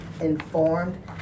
informed